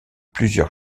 plusieurs